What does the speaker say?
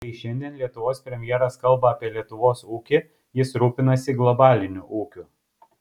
kai šiandien lietuvos premjeras kalba apie lietuvos ūkį jis rūpinasi globaliniu ūkiu